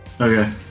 Okay